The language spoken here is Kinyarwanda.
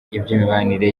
iby’imibanire